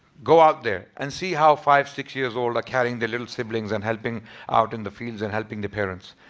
go out there and see how five, six years old are carrying the little siblings and helping out in the fields and helping the parents.